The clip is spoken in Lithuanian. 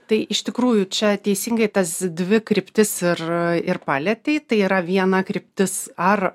tai iš tikrųjų čia teisingai tas dvi kryptis ir ir palietei tai yra viena kryptis ar